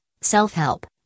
self-help